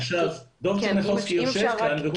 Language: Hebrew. עכשיו דב צ'רניחובסקי שיושב כאן כן, אם אפשר..